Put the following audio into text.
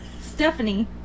Stephanie